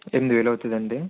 ఎనిమిది వేలు అవుతుందండి